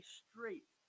straight